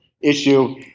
issue